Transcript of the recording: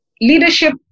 Leadership